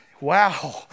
Wow